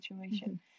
situation